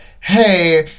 hey